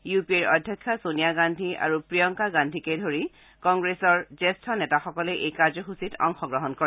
U P এৰ অধ্যক্ষা ছোনিয়া গান্ধী আৰু প্ৰিয়ংকা গান্ধীকে ধৰি কংগ্ৰেছৰ জ্যেষ্ঠ নেতাসকলে এই কাৰ্যসূচীত অংশগ্ৰহণ কৰে